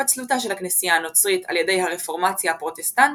התפצלותה של הכנסייה הנוצרית על ידי הרפורמציה הפרוטסטנטית,